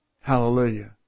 Hallelujah